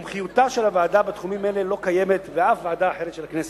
מומחיותה של הוועדה בתחומים האלה לא קיימת באף ועדה אחרת של הכנסת,